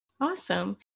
Awesome